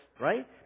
Right